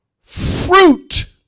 fruit